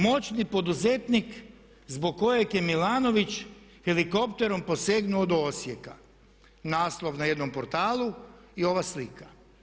Moćni poduzetnik zbog kojeg je Milanović helikopterom posegnuo do Osijeka naslov na jednom portalu i ova slika.